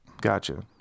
Gotcha